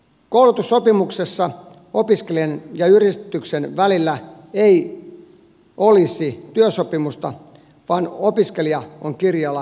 koulutussopimuksessa opiskelijan ja yrityksen välillä ei olisi työsopimusta vaan opiskelija on kirjoilla oppilaitoksessa